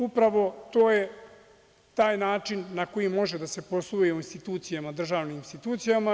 Upravo to je taj način na koji može da se posluje u državnim institucijama.